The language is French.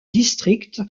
district